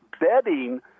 betting